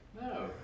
No